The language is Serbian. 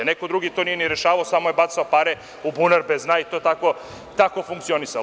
Neko drugi to nije ni rešavao, samo je bacao pare u bunar bez dna i to je tako funkcionisalo.